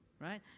right